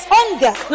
Hunger